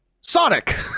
Sonic